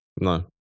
no